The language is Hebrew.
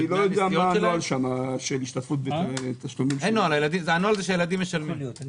הנוהל הוא שהילדים משלמים.